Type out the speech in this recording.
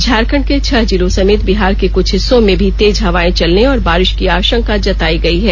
झारखंड के छह जिलो समेत बिहार के क्छ हिस्सों में भी तेज हवाएं चलने और बारिष की आषंका जताई गई है